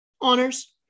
honors